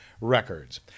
Records